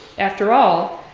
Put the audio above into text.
after all,